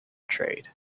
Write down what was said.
trade